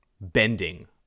bending